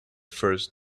first